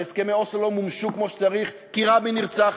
והסכמי אוסלו לא מומשו כמו שצריך כי רבין נרצח,